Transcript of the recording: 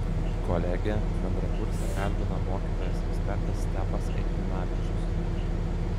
kolegę bendrakursę kalbina mokytojas ekspertas stepas eitminavičius